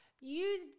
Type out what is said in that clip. Use